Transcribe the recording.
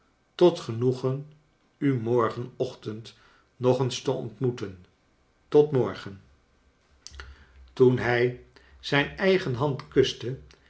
tot genoegen u morgen ochtend nog eens te ontmoeten tot morgen i toen hij zijn eigen hand kuste